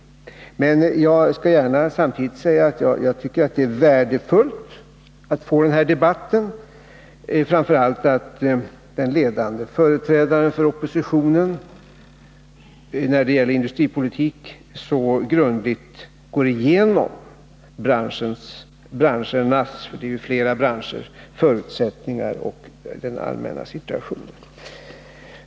Men jag skall gärna samtidigt säga att jag tycker att det är värdefullt att få denna debatt, och framför allt att den ledande företrädaren för oppositionen när det gäller industripolitik så grundligt går igenom branschernas — det är fråga om flera branscher — förutsättningar och den allmänna situationen.